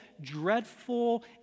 dreadful